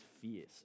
fierce